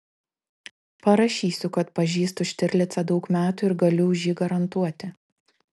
parašysiu kad pažįstu štirlicą daug metų ir galiu už jį garantuoti